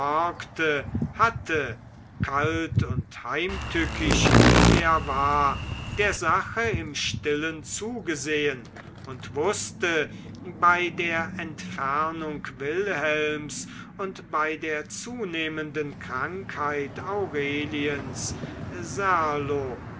hatte kalt und heimtückisch wie er war der sache im stillen zugesehen und wußte bei der entfernung wilhelms und bei der zunehmenden krankheit aureliens